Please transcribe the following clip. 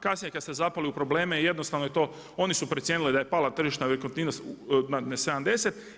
Kasnije kada ste zapali u probleme jednostavno je to, oni su procijenili da je pala tržišna nekretnina na 70.